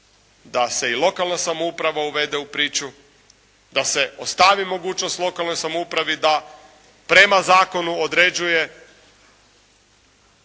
da se i lokalna samouprava uvede u priču, da se ostavi mogućnost lokalnoj samoupravi da prema zakonu određuje